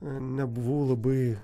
nebuvau labai